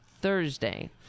Thursday